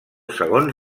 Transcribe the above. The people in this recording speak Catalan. segons